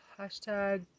Hashtag